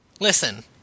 Listen